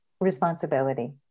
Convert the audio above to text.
responsibility